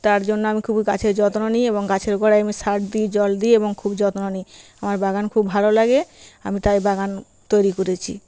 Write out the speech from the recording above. তার জন্য আমি খুবই গাছের যত্ন নিই এবং গাছের গোড়ায় আমি সার দিই জল দিই এবং খুব যত্ন নিই আমার বাগান খুব ভালো লাগে আমি তাই বাগান তৈরি করেছি